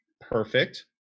Perfect